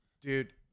Dude